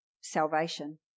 salvation